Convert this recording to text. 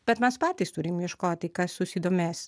bet mes patys turim ieškoti kas susidomės